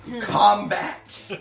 combat